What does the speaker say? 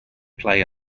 play